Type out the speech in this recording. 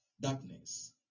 darkness